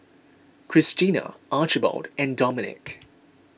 Krystina Archibald and Domenic